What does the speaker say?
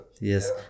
Yes